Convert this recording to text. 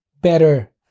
better